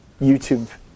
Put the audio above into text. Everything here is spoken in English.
YouTube